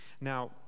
Now